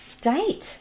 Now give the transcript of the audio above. state